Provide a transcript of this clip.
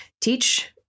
teach